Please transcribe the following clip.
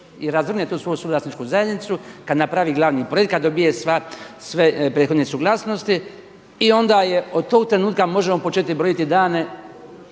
i razvrgne tu svoju suvlasničku zajednicu, kada napravi glavni projekt, kada dobije sve prethodne suglasnosti i onda je, od tog trenutka možemo početi brojati dane